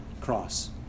cross